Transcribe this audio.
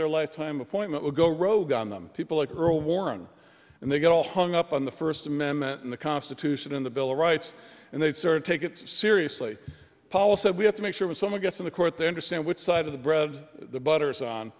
their lifetime appointment would go rogue on them people like earl warren and they get all hung up on the first amendment in the constitution and the bill of rights and they sort of take it seriously policy that we have to make sure when someone gets in the court they understand which side of the bread the butter's on